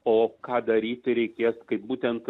o ką daryti reikėtų kai būtent